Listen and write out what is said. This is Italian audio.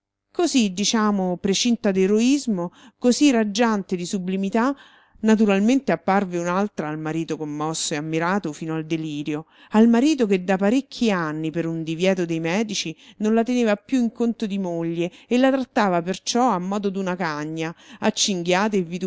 così diciamo precinta d'eroismo così raggiante di sublimità naturalmente apparve un'altra al marito commosso e ammirato fino al delirio al marito che da parecchi anni per un divieto dei medici non la teneva più in conto di moglie e la trattava perciò a modo d'una cagna a cinghiate